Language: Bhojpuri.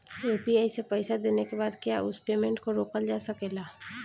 यू.पी.आई से पईसा देने के बाद क्या उस पेमेंट को रोकल जा सकेला?